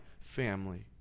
family